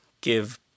give